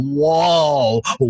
whoa